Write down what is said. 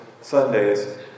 Sundays